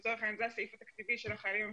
לצורך העניין זה הסעיף התקציבי של החיילים המשוחררים,